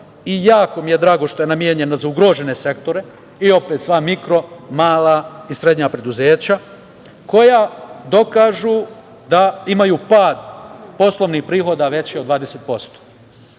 i jako mi je drago što je namenjena za ugrožene sektore, opet mikro, mala i srednja preduzeća, koja dokažu da imaju pad poslovnih prihoda veći od 20%